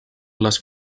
les